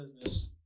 business